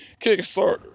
Kickstarter